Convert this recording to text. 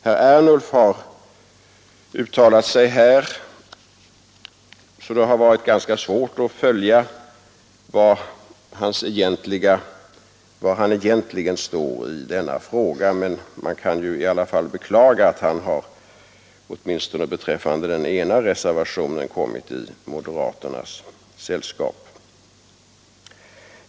Herr Ernulf har uttalat sig här så att det har varit ganska svårt att följa var han egentligen står i denna fråga, men man kan ju i alla fall beklaga att han åtminstone beträffande den ena reservationen kommit i moderaternas sällskap.